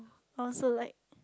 oh so like